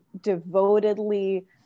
devotedly